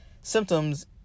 symptoms